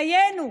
דיינו,